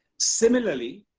similarly,